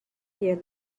year